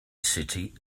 city